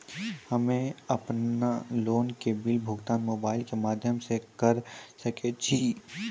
हम्मे अपन लोन के बिल भुगतान मोबाइल के माध्यम से करऽ सके छी?